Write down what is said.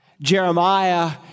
Jeremiah